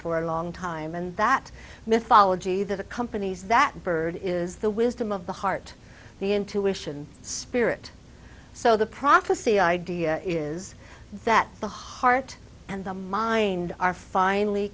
for a long time and that mythology that accompanies that bird is the wisdom of the heart the intuition spirit so the prophecy idea is that the heart and the mind are finally